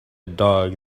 dog